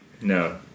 No